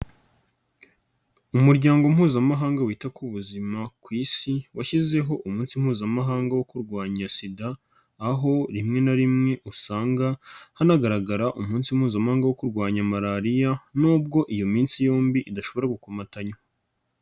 Umuryango mpuzamahanga wita ku buzima ku isi, washyizeho umunsi mpuzamahanga wo kurwanya sida, aho rimwe na rimwe usanga hanagaragara umunsi mpuzamahanga wo kurwanya malariya nubwo iyo minsi yombi idashobora gukomatanywa.